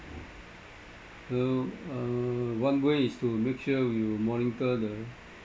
uh ah one way is to make sure you monitor the